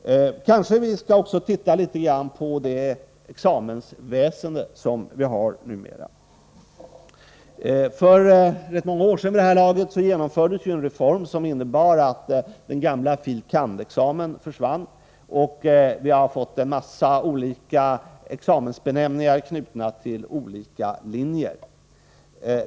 Kanske skall vi också se litet på examensväsendet som det numera är utformat. För vid det här laget rätt många år sedan genomfördes en reform som innebar att den gamla fil. kand.-examen försvann, och vi har fått en mängd examensbenämningar knutna till olika linjer.